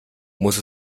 muss